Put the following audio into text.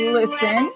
listen